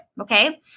okay